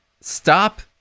stop